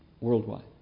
worldwide